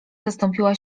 zastąpiła